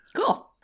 Cool